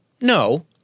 No